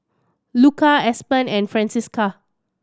Luka Aspen and Francisca